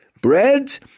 bread